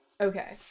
Okay